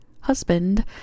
husband